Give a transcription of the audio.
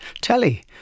telly